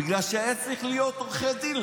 בגלל שהוא היה צריך להיות עורך דין.